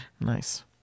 nice